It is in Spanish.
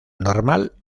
normal